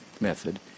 method